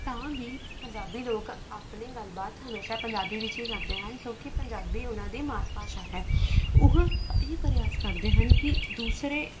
ਤਾਂ ਵੀ ਪੰਜਾਬੀ ਲੋਕ ਆਪਣੀ ਗੱਲ ਬਾਤ ਹਮੇਸ਼ਾ ਪੰਜਾਬੀ ਵਿੱਚ ਹੀ ਕਰਦੇ ਹਨ ਕਿਉਂਕਿ ਪੰਜਾਬੀ ਉਹਨਾਂ ਦੀ ਮਾਤ ਭਾਸ਼ਾ ਹੈ ਉਹ ਇਹ ਪਰਿਆਸ ਕਰਦੇ ਹਨ ਕਿ ਦੂਸਰੇ